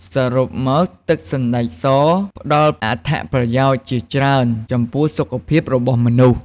សរុបមកទឹកសណ្ដែកសផ្ដល់អត្ថប្រយោជន៍ជាច្រើនចំពោះសុខភាពរបស់មនុស្ស។